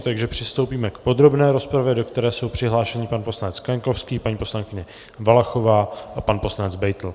Takže přistoupíme k podrobné rozpravě, do které jsou přihlášeni pan poslanec Kaňkovský, paní poslankyně Valachová, pan poslanec Beitl .